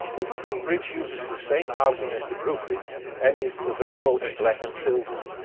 the brooklyn bridge uses the same housing as the brooklyn and is available in black and silver.